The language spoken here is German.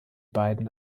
beiden